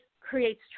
creates